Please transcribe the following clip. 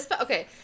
Okay